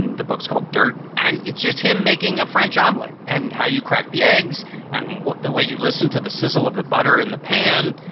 and the book's called dirt, and it's just him making a french omelet. and how you crack the eggs and the way you listen to the sizzle of the butter in the pan.